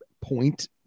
point